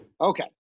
Okay